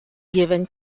given